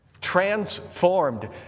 Transformed